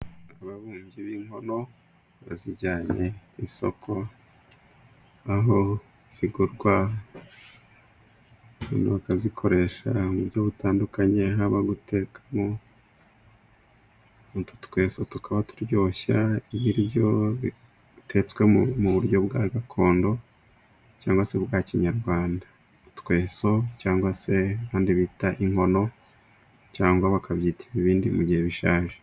Ababumbyi b'inkono bazijyanye ku isoko, aho zigurwa, bakazikoresha mu buryo butandukanye: haba gutekamo, utwo tweso tukaba turyoshya ibiryo bitetswe mu buryo bwa gakondo cyangwa se bwa kinyarwanda. Utweso cyangwa se abandi bita inkono cyangwa bakabyita ibibindi mu gihe bishaje.